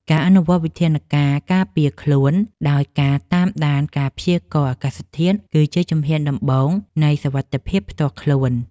ការអនុវត្តវិធានការការពារខ្លួនដោយការតាមដានការព្យាករណ៍អាកាសធាតុគឺជាជំហានដំបូងនៃសុវត្ថិភាពផ្ទាល់ខ្លួន។